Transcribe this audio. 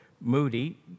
Moody